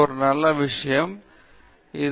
இது உதாரணமாக ஒரு கிராபெனீ ஷீட்டை இங்கே சொல்லுங்கள்